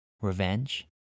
revenge